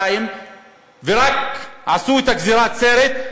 ורק עשו את גזירת הסרט.